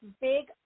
big